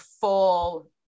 full